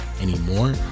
anymore